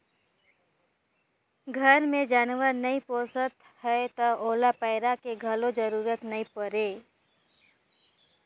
घर मे जानवर नइ पोसत हैं त ओला पैरा के घलो जरूरत नइ परे